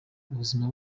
ubuzima